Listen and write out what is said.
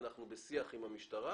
אנחנו בשיח עם המשטרה,